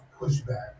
pushback